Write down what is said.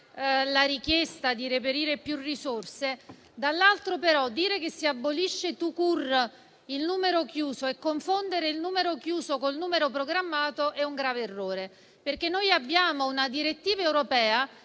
la richiesta di reperire più risorse, dall'altro dire però che si abolisce *tout court* il numero chiuso e confondere il numero chiuso con il numero programmato è un grave errore. Abbiamo una direttiva europea